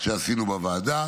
שעשינו בוועדה,